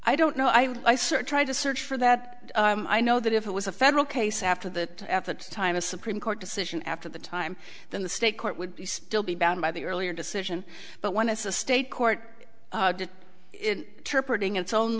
i don't know i search to search for that i know that if it was a federal case after that at that time a supreme court decision after the time then the state court would still be bound by the earlier decision but when it's a state court its own